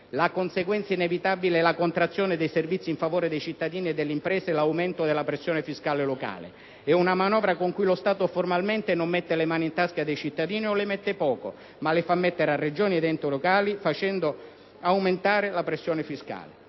La conseguenza inevitabile è la contrazione dei servizi in favore dei cittadini e delle imprese e l'aumento della pressione fiscale locale. È una manovra con cui lo Stato formalmente non mette le mani nelle tasche dei cittadini o le mette poco, ma le fa mettere a Regioni ed enti locali facendo aumentare la pressione fiscale.